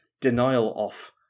denial-off